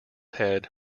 head